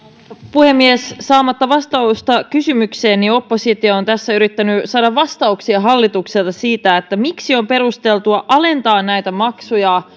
puhemies saamatta vastausta kysymykseen oppositio on tässä yrittänyt saada vastauksia hallitukselta siitä miksi on perusteltua alentaa näitä maksuja